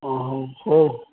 ହଁ ହଁ ହଉ